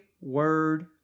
word